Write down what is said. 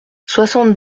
soixante